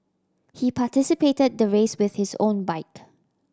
he participated the race with his own bike